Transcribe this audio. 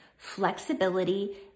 flexibility